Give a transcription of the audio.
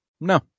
no